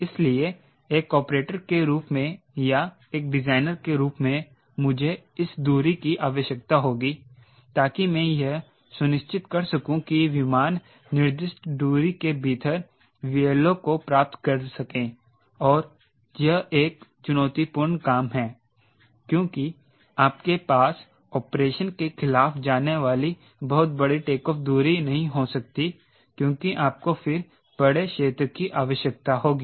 इसलिए एक ऑपरेटर के रूप में या एक डिजाइनर के रूप में मुझे इस दूरी की आवश्यकता होगी ताकि मैं यह सुनिश्चित कर सकूं की विमान निर्दिष्ट दूरी के भीतर 𝑉LO को प्राप्त कर सके और यह एक चुनौतीपूर्ण काम है क्योंकि आपके पास ऑपरेशन के खिलाफ जाने वाली बहुत बड़ी टेकऑफ़ दूरी नहीं हो सकती है क्योंकि आपको फिर बड़े क्षेत्र की आवश्यकता होगी